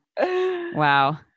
Wow